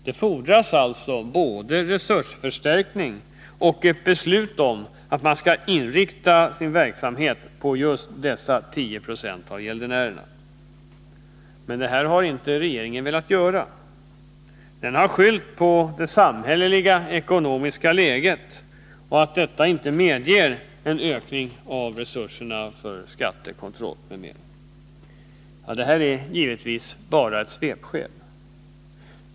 Det fordras alltså både en resursförstärkning och ett beslut om att inrikta verksamheten på just dessa 10 90 av gäldenärerna. Men detta har regeringen inte velat göra. Den har skyllt på det samhällsekonomiska läget och att detta inte medger en ökning av resurserna för skattekontroll. Detta är givetvis bara ett svepskäl.